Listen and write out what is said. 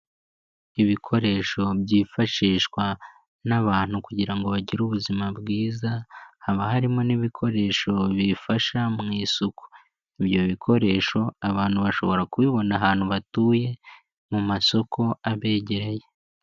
Ibikoresho byifashishwa n'abantu kugira ngo bagire ubuzima bwiza, haba harimo n'ibikoresho bifasha mu isuku, ibyo bikoresho abantu bashobora kubibona ahantu batuye, mu masoko abegereye.